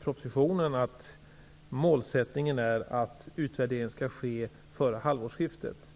propositionen att målsättningen är att utvärderingen skall ske före halvårsskiftet.